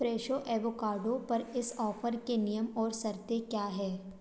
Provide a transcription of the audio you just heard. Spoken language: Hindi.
फ़्रेशो एवोकाडो पर इस ऑफ़र के नियम और शर्तें क्या हैं